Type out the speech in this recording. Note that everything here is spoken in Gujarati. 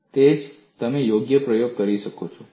તો જ તમે યોગ્ય પ્રયોગ કરી રહ્યા છો